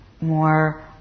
more